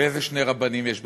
ואיזה שני רבנים יש בפתח-תקווה?